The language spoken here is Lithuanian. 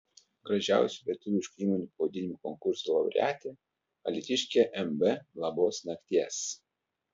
gražiausių lietuviškų įmonių pavadinimų konkurso laureatė alytiškė mb labos nakties